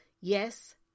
Yes